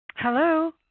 Hello